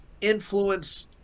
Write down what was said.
influence